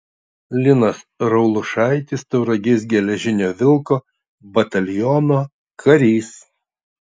linas raulušaitis tauragės geležinio vilko bataliono karys